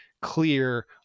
clear